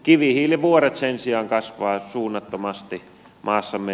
kivihiilivuoret sen sijaan kasvavat suunnattomasti maassamme